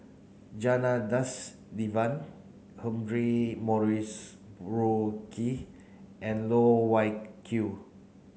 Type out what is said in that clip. Janadas Devan Humphrey Morrison Burkill and Loh Wai Kiew